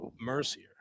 Mercier